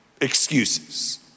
excuses